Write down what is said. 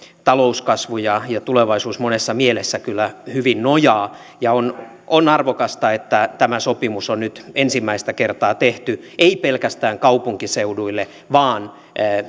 talouskasvu ja ja tulevaisuus monessa mielessä kyllä hyvin nojaa ja on on arvokasta että tämä sopimus on nyt ensimmäistä kertaa tehty ei pelkästään kaupunkiseuduille vaan